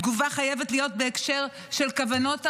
התגובה חייבת להיות בהקשר של כוונות האויב,